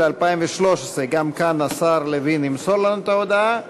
2013. גם כאן השר לוין ימסור לנו את ההודעה.